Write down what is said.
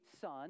son